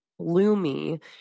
Lumi